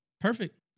Perfect